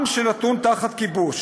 עם שנתון תחת כיבוש,